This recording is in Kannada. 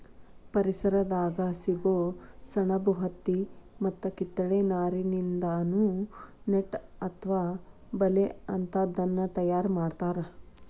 ಪರಿಸರದಾಗ ಸಿಗೋ ಸೆಣಬು ಹತ್ತಿ ಮತ್ತ ಕಿತ್ತಳೆ ನಾರಿನಿಂದಾನು ನೆಟ್ ಅತ್ವ ಬಲೇ ಅಂತಾದನ್ನ ತಯಾರ್ ಮಾಡ್ತಾರ